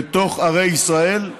בתוך ערי ישראל.